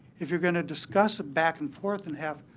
if you're going to discuss it back and forth and have